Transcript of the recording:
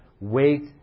weight